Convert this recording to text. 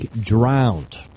drowned